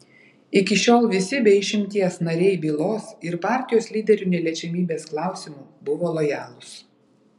iki šiol visi be išimties nariai bylos ir partijos lyderių neliečiamybės klausimu buvo lojalūs